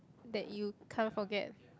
that you can't forget